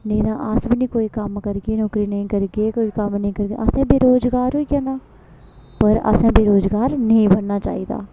नेईं तां अस बी नेईं कोई कम्म करगे नौकरी नेईं करगे कोई कम्म नेईं करगे असें बी बेरोजगार होई जाना पर असें बेरोजगार नेईं बनना चाहिदा